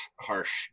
harsh